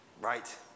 right